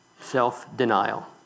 Self-denial